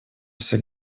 все